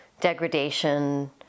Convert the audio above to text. degradation